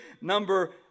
Number